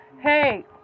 Hey